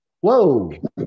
Whoa